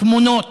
תמונות